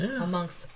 amongst